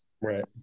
right